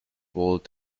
walled